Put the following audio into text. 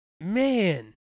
man